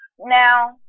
now